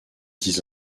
dix